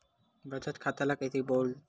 बचत खता ल कइसे खोलबों?